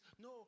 No